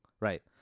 Right